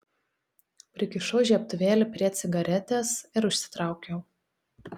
prikišau žiebtuvėlį prie cigaretės ir užsitraukiau